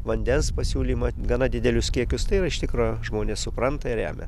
vandens pasiūlymą gana didelius kiekius tai yra iš tikro žmonės supranta ir remia